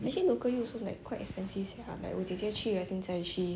actually local U also like quite expensive sia like 我姐姐去和现在去